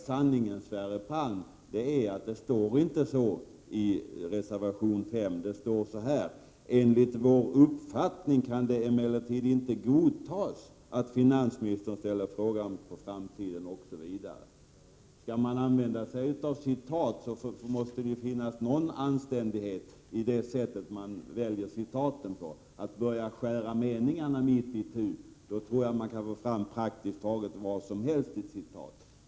Sanningen är den, Sverre Palm, att det i reservation 5 står så här: ”Enligt vår uppfattning kan det emellertid inte godtas att finansministern ställer frågan på framtiden ——-.” När man citerar måste man göra det på ett anständigt sätt. Om man delar meningarna mitt itu kan man få fram praktiskt ” Vissa frågor inför all taget vad som helst med citat.